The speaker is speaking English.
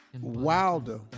Wilder